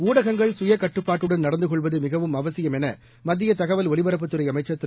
ஊடகங்கள் சுய கட்டுப்பாட்டுடன் நடந்து கொள்வது மிகவும் அவசியம் என மத்திய தகவல் ஒலிபரப்புத் துறை அமைச்சர் திரு